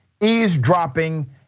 eavesdropping